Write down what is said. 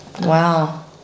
wow